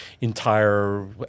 entire